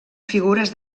figures